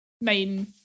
main